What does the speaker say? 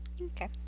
Okay